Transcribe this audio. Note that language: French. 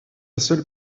seule